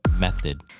method